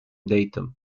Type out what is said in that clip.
datum